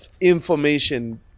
information